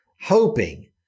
hoping